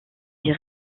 est